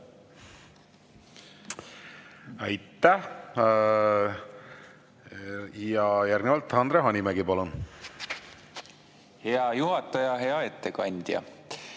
Aitäh! Järgnevalt Andre Hanimägi, palun! Hea juhataja! Hea ettekandja!